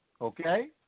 Okay